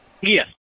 Yes